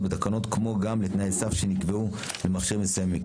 בתקנות כמו גם לתנאי הסף שנקבעו למכשירים מסוימים.